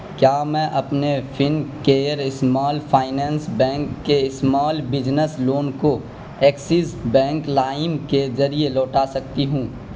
کیا میں اپنے فنکیئر اسمال فائننس بینک کے اسمال بجنس لون کو ایکسس بینک لائم کے ذریعے لوٹا سکتی ہوں